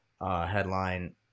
Headline